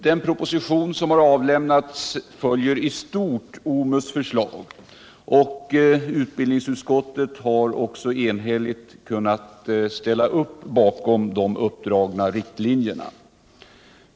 Den proposition som har avlämnats följer i stort OMUS förslag, och utbildningsutskottet har också enhälligt kunnat ställa upp bakom de uppdragna riktlinjerna.